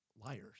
liars